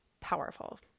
powerful